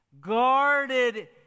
guarded